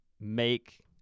make